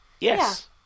Yes